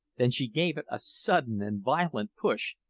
than she gave it a sudden and violent push,